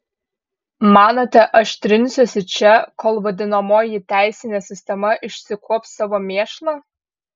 manote aš trinsiuosi čia kol vadinamoji teisinė sistema išsikuops savo mėšlą